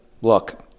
look